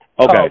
Okay